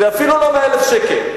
אפילו לא 100,000 שקל.